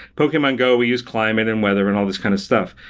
pokemon go, we use climate and weather and all these kind of stuff.